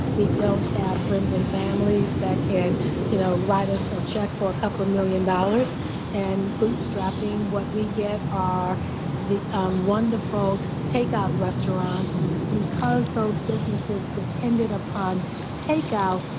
we don't have friends and families that can you know write us a check for a couple of million dollars and bootstrapping. what we get are the um wonderful takeout restaurants because those businesses depended upon takeout.